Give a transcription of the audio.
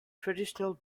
traditional